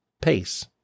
pace